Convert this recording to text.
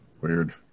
Weird